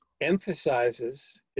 emphasizes